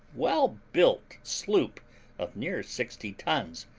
well-built sloop of near sixty tons,